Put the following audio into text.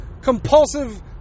compulsive